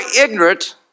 ignorant